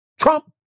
Trump